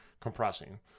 compressing